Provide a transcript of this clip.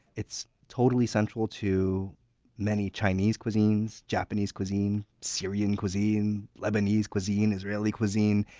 it's totally central to many chinese cuisines, japanese cuisine, syrian cuisine, lebanese cuisine, israeli cuisine,